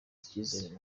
icyizere